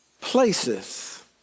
places